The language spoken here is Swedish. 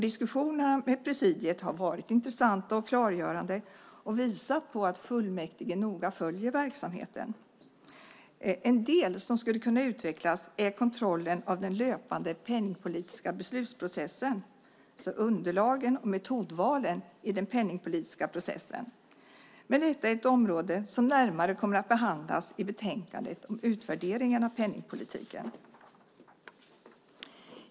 Diskussionerna med presidiet har varit intressanta och klargörande och visat på att fullmäktige noga följer verksamheten. En del som skulle kunna utvecklas är kontrollen av den löpande penningpolitiska beslutsprocessen, underlagen och metodvalen i den penningpolitiska processen. Men detta är ett område som närmare kommer att behandlas i betänkandet om utvärderingen av penningpolitiken.